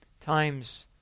times